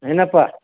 ಏನಪ್ಪಾ